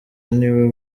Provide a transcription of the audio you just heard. niwe